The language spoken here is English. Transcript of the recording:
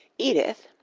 edith,